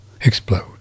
explode